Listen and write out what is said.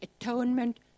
atonement